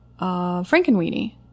Frankenweenie